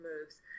moves